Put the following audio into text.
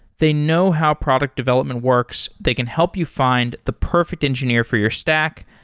they know how product development works. they can help you find the perfect engineer for your stack,